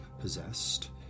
possessed